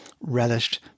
relished